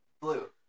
Blue